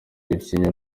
gacinya